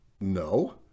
no